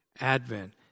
advent